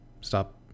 stop